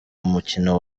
mukino